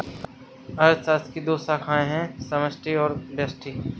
अर्थशास्त्र की दो शाखाए है समष्टि और व्यष्टि